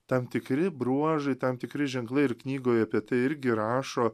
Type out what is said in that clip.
tam tikri bruožai tam tikri ženklai ir knygoj apie tai irgi rašo